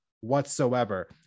whatsoever